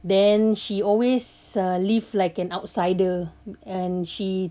then she always uh live like an outsider and she